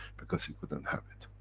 because he couldn't have it.